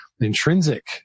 Intrinsic